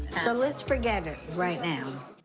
so let's forget it right now.